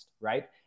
right